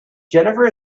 jennifer